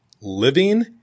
Living